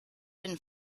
been